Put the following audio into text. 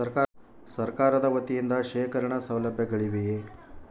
ಸರಕಾರದ ವತಿಯಿಂದ ಶೇಖರಣ ಸೌಲಭ್ಯಗಳಿವೆಯೇ?